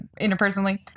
interpersonally